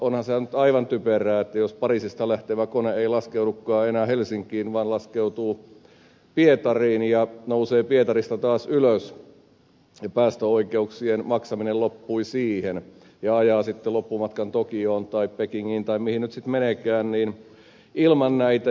onhan se nyt aivan typerää että jos pariisista lähtevä kone ei laskeudukaan enää helsinkiin vaan laskeutuu pietariin ja nousee pietarista taas ylös niin päästöoikeuksien maksaminen loppui siihen ajaa sitten loppumatkan ilman näitä tokioon tai pekingiin tai mihin sitten meneekään